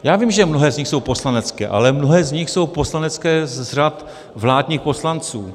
Já vím, že mnohé z nich jsou poslanecké, ale mnohé z nich jsou poslanecké z řad vládních poslanců.